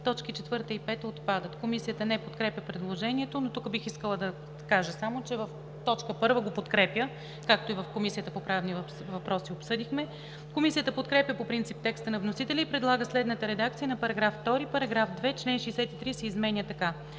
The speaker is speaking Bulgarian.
Точки 4 и 5 – отпадат.“ Комисията не подкрепя предложението. Но тук бих искала да кажа само, че в т. 1 го подкрепя, както и в Комисията по правни въпроси обсъдихме. Комисията подкрепя по принцип текста на вносителя и предлага следната редакция на § 2: „§ 2. Член 63 се изменя така: